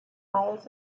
miles